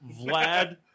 Vlad